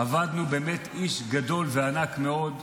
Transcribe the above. אבד לנו באמת איש גדול וענק מאוד,